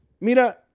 mira